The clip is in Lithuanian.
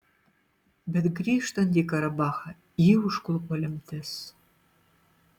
bet grįžtant į karabachą jį užklupo lemtis